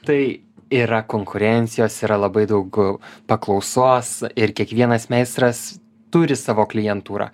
tai yra konkurencijos yra labai daug paklausos ir kiekvienas meistras turi savo klientūrą